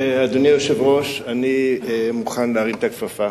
אדוני היושב-ראש, אני מוכן להרים את הכפפה.